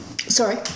Sorry